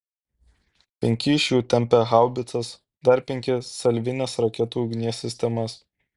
penki iš jų tempė haubicas dar penki salvinės raketų ugnies sistemas